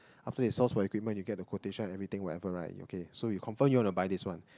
after they source for equipment you get the quotation everything whatever right okay so you confirm you want to buy this one